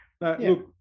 Look